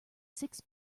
six